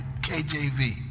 KJV